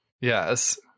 Yes